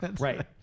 Right